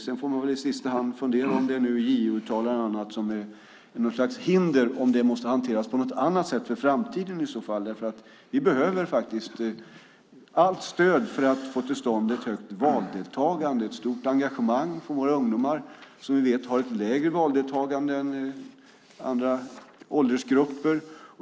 Sedan får man väl i sista hand fundera på om det är JO-uttalanden eller annat som är något slags hinder och om detta i så fall måste hanteras på något annat sätt i framtiden, för vi behöver allt stöd för att få till stånd ett högt valdeltagande och ett stort engagemang från våra ungdomar, som vi vet har ett lägre valdeltagande än andra åldersgrupper.